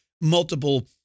multiple